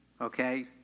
okay